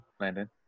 Landon